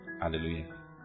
Hallelujah